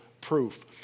proof